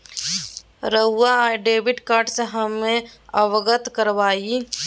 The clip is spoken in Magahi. रहुआ डेबिट कार्ड से हमें अवगत करवाआई?